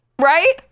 Right